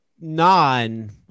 non-